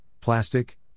plastic